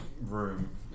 room